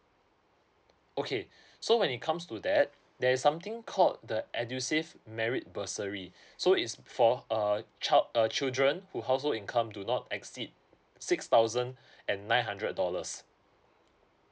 okay so when it comes to that there's something called the edusave merit bursary so is for err child uh children who household income do not exceed six thousand and nine hundred dollars